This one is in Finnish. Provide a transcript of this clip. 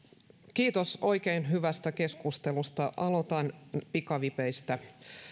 kiitos oikein hyvästä keskustelusta aloitan pikavipeistä